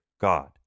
God